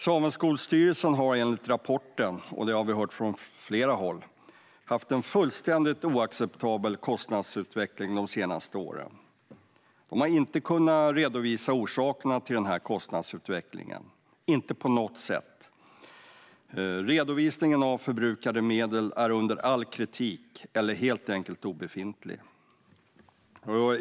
Sameskolstyrelsen har enligt rapporten - det har vi hört från flera håll - haft en fullständigt oacceptabel kostnadsutveckling de senaste åren. De har inte kunnat redovisa orsakerna till denna kostnadsutveckling, inte på något sätt. Redovisningen av förbrukade medel är under all kritik, eller helt enkelt obefintlig.